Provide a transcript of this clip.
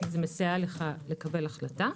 זה מסייע לך לקבל החלטה.